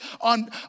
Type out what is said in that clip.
on